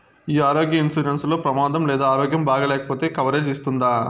ఈ ఆరోగ్య ఇన్సూరెన్సు లో ప్రమాదం లేదా ఆరోగ్యం బాగాలేకపొతే కవరేజ్ ఇస్తుందా?